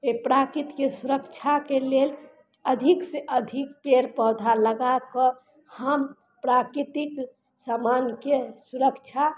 अइ प्राकृतिक सुरक्षाके लेल अधिक सँ अधिक पेड़ पौधा लगा कऽ हम प्राकृतिक सामानके सुरक्षा